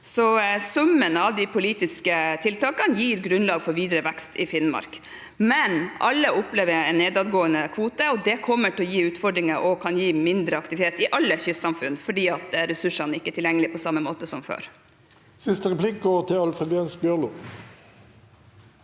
Summen av de politiske tiltakene gir grunnlag for videre vekst i Finnmark, men alle opplever en nedadgående kvote. Det kommer til å gi utfordringer og kan gi mindre aktivitet i alle kystsamfunn fordi ressursene ikke er tilgjengelige på samme måte som før. Alfred Jens Bjørlo